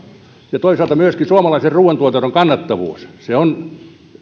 ja toisaalta myöskin suomalaisen ruuantuotannon kannattavuus se on hallitusohjelmassa